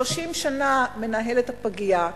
30 שנה מנהלת הפגייה,